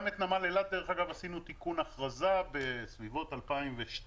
גם בנמל אילת דרך אגב עשינו תיקון הכרזה בסביבות 2012,